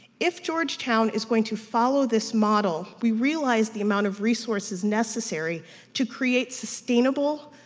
if georgetown is going to follow this model, we realize the amount of resources necessary to create sustainable